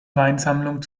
weinsammlung